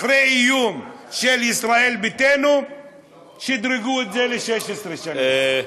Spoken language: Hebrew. אחרי איום של ישראל ביתנו העלו את זה ל-16 שנה.